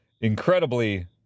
incredibly